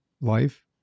life